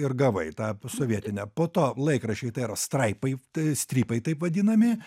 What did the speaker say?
ir gavai tą sovietinę po to laikraščiai tai yra straipai strypai taip vadinami